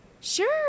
Sure